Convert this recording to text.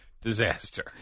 Disaster